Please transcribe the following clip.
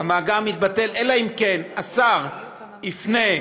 השר יפנה,